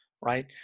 right